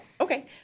okay